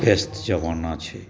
व्यस्त ज़माना छै